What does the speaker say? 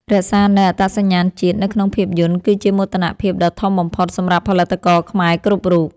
រក្សានូវអត្តសញ្ញាណជាតិនៅក្នុងភាពយន្តគឺជាមោទនភាពដ៏ធំបំផុតសម្រាប់ផលិតករខ្មែរគ្រប់រូប។